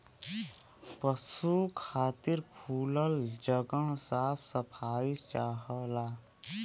पसु खातिर खुलल जगह साफ सफाई चाहला